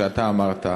שאתה אמרת,